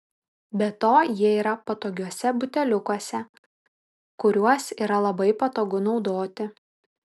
be to jie yra patogiuose buteliukuose kuriuos yra labai patogu naudoti